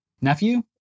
nephew